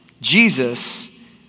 Jesus